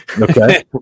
okay